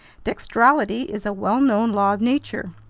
dextrality is a well-known law of nature.